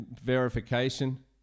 verification